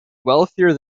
wealthier